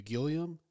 Gilliam